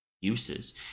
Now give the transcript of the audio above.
uses